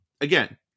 again